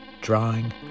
Drawing